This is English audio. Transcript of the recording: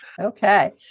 Okay